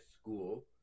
school